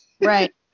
right